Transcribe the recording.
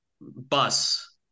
bus